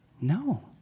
No